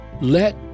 let